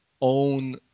own